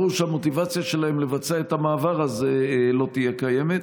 ברור שהמוטיבציה שלהם לבצע את המעבר הזה לא תהיה קיימת.